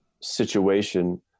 situation